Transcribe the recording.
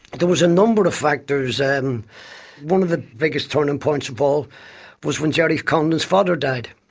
there was a number of factors. um one of the biggest turning points of all was when gerry conlon's father died.